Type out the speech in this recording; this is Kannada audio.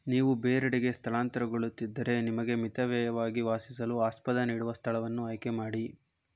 ನೀವು ಬೇರೆಡೆಗೆ ಸ್ಥಳಾಂತರಗೊಳ್ಳುತ್ತಿದ್ದರೆ ನಿಮಗೆ ಮಿತವ್ಯಯವಾಗಿ ವಾಸಿಸಲು ಆಸ್ಪದ ನೀಡುವ ಸ್ಥಳವನ್ನು ಆಯ್ಕೆಮಾಡಿ